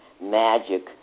magic